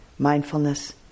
Mindfulness